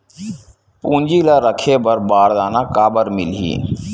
धान ल रखे बर बारदाना काबर मिलही?